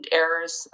errors